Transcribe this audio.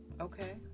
Okay